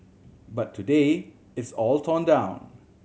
but today it's all torn down